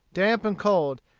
damp and cold,